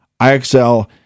IXL